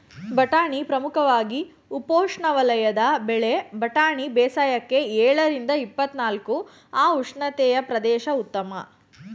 ಬಟಾಣಿ ಪ್ರಮುಖವಾಗಿ ಉಪೋಷ್ಣವಲಯದ ಬೆಳೆ ಬಟಾಣಿ ಬೇಸಾಯಕ್ಕೆ ಎಳರಿಂದ ಇಪ್ಪತ್ನಾಲ್ಕು ಅ ಉಷ್ಣತೆಯ ಪ್ರದೇಶ ಉತ್ತಮ